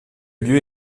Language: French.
lieu